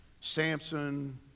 Samson